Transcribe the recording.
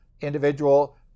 individual